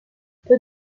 peu